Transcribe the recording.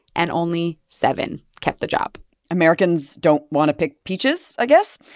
and only seven kept the job americans don't want to pick peaches, i guess.